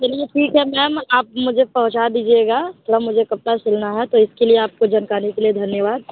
चलिए ठीक है मैम आप मुझे पहुँचा दीजिएगा थोड़ा मुझे कपड़ा सिलना है तो इसके लिए आपको जनकाने के लिए धन्यवाद